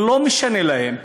לא משנה להם,